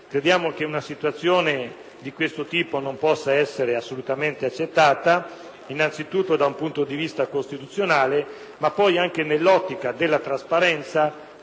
Crediamo che una situazione di questo tipo non possa essere assolutamente accettata, innanzitutto da un punto di vista costituzionale, ma anche nell'ottica della trasparenza,